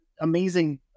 amazing